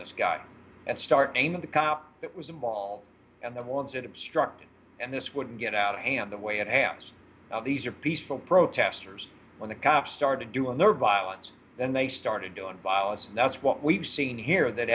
this guy and starting with the cop that was involved and the ones that obstruct and this would get out and the way it has these are peaceful protesters when the cops started doing their violence then they started doing violence and that's what we've seen here that